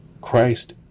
Christ